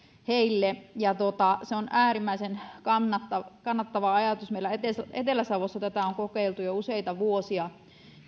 heille ja se on äärimmäisen kannatettava ajatus meillä etelä savossa tätä on kokeiltu jo useita vuosia